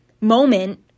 moment